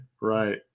Right